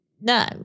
no